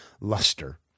luster